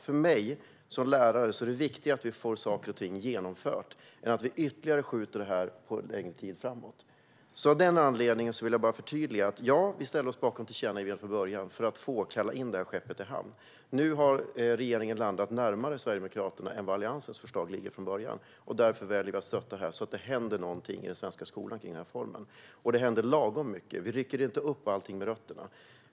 För mig som lärare är det viktigare att vi får saker och ting genomförda än att vi skjuter på detta ytterligare en tid framåt. Av den anledningen vill jag alltså bara förtydliga att vi ställde oss bakom tillkännagivandet från början för att kalla in skeppet i hamn. Nu har regeringen landat närmare Sverigedemokraterna än vad Alliansens förslag gjorde från början. Därför väljer vi att stötta regeringens förslag så att det händer någonting i den svenska skolan med denna reform. Det händer lagom mycket. Vi rycker inte upp allting med rötterna.